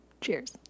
Cheers